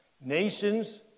Nations